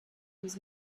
was